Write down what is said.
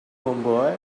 homeboy